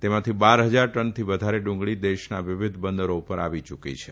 તેમાંથી બાર હજાર ટનથી વધારે ડુંગળી દેશના વિવિધ બંદરો ઉપર આવી ચુકી છે